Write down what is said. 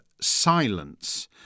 silence